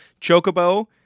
Chocobo